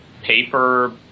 paper